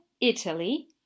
Italy